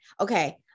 Okay